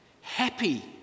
happy